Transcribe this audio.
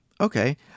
okay